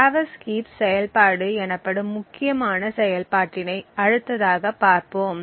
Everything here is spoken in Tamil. டிராவர்ஸ் ஹீப் செயல்பாடு எனப்படும் முக்கியமான செயல்பாட்டினை அடுத்ததாக பார்ப்போம்